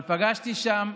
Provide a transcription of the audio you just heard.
אבל פגשתי שם,